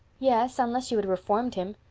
yes unless you had reformed him.